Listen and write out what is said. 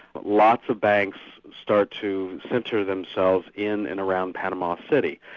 but lots of banks start to centre themselves in and around panama city.